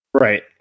right